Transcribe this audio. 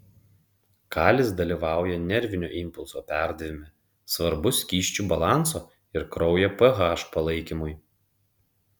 kalis dalyvauja nervinio impulso perdavime svarbus skysčių balanso ir kraujo ph palaikymui